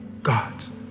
God's